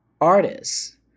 artists